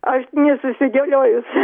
aš nesusidėliojus